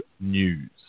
news